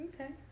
Okay